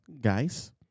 Guys